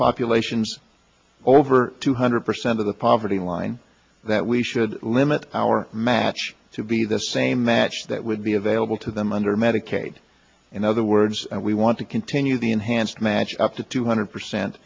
populations over two hundred percent of the poverty line that we should limit our match to be the same match that would be available to them under medicaid in other words we want to continue the enhanced match up to two hundred percent